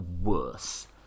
worse